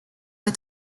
est